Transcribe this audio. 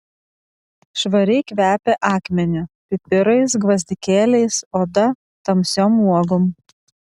švariai kvepia akmeniu pipirais gvazdikėliais oda tamsiom uogom